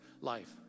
life